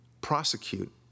prosecute